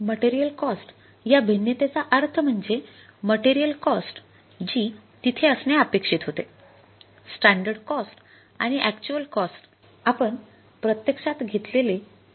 material cost या भिन्नतेचा अर्थ म्हणजे मटेरियल कॉस्ट जी तिथे असणे अपेक्षित होते स्टॅंडर्ड कॉस्ट २66